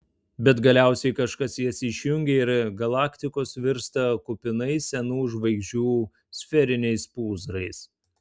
bet galiausiai kažkas jas išjungia ir galaktikos virsta kupinais senų žvaigždžių sferiniais pūzrais